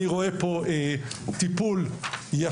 אני רואה פה טיפול ישר,